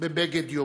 בבגד יומה.